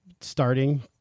starting